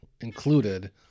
included